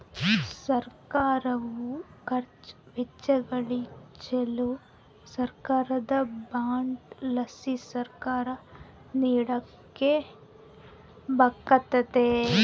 ಸರ್ಕಾರುದ ಖರ್ಚು ವೆಚ್ಚಗಳಿಚ್ಚೆಲಿ ಸರ್ಕಾರದ ಬಾಂಡ್ ಲಾಸಿ ಸರ್ಕಾರ ನೋಡಿಕೆಂಬಕತ್ತತೆ